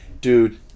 dude